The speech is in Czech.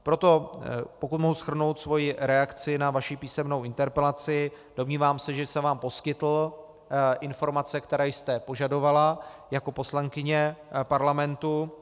Proto pokud mohu shrnout svoji reakci na vaši písemnou interpelaci, domnívám se, že jsem vám poskytl informace, které jste požadovala jako poslankyně Parlamentu.